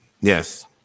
yes